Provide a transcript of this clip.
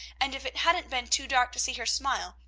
and, if it hadn't been too dark to see her smile,